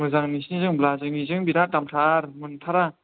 मोजां नोंसोरनिजों होमब्ला जोंनिजों बिराद दामथार मोनथारा